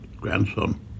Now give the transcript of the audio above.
grandson